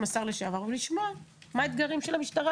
השר לשעבר ולשמוע מה האתגרים של המשטרה,